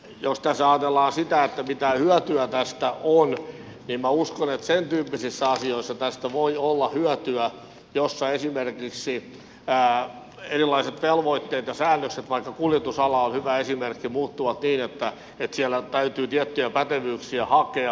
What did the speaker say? jos tässä ajatellaan sitä mitä hyötyä tästä on niin minä uskon että sen tyyppisissä asioissa tästä voi olla hyötyä joissa esimerkiksi erilaiset velvoitteet ja säännökset vaikka kuljetusala on hyvä esimerkki muuttuvat niin että siellä täytyy tiettyjä pätevyyksiä hakea